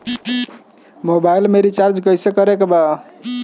Mobile में recharge कइसे करे के बा?